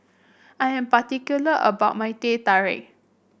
I am particular about my Teh Tarik